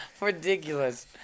Ridiculous